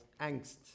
angst